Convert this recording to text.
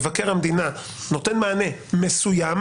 מבקר המדינה נותן מענה מסוים.